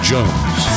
Jones